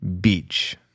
Beach